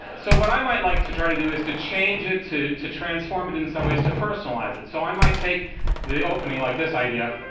so what i might like to try to do is to change it, to to transform it in some ways, to personalize it, so i might take the opening, like this idea